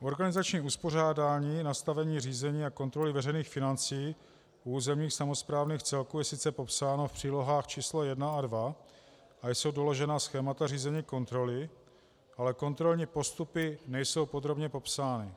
Organizační uspořádání, nastavení řízení a kontroly veřejných financí u územních samosprávných celků je sice popsáno v přílohách č. 1 a 2, a jsou doložena schémata řízení kontroly, ale kontrolní postupy nejsou podrobně popsány.